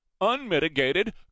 unmitigated